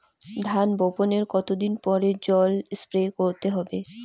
ধান বপনের কতদিন পরে জল স্প্রে করতে হবে?